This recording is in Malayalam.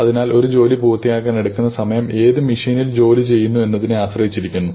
അതിനാൽ ഒരു ജോലി പൂർത്തിയാക്കാൻ എടുക്കുന്ന സമയം ഏത് മെഷീനിൽ ജോലി ചെയ്യുന്നു എന്നതിനെ ആശ്രയിച്ചിരിക്കുന്നു